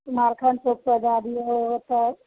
कुमारखण्ड चौकसँ आधा होइ हइ ओतऽ